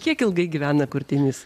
kiek ilgai gyvena kurtinys